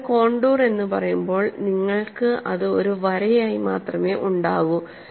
നിങ്ങൾ ഒരു കോണ്ടൂർ എന്ന് പറയുമ്പോൾ നിങ്ങൾക്ക് അത് ഒരു വരയായി മാത്രമേ ഉണ്ടാകൂ